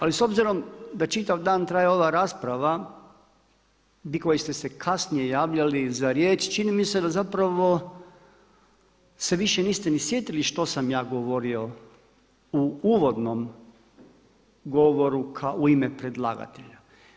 Ali s obzirom da čitav dan traje ova rasprava, vi koji ste se kasnije javljali za riječ, čini mi se da zapravo se više niste ni sjetili što sam ja govorio u uvodnom govoru u ime predlagatelja.